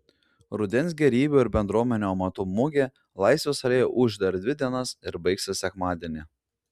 rudens gėrybių ir bendruomenių amatų mugė laisvės alėjoje ūš dar dvi dienas ir baigsis sekmadienį